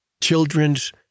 children's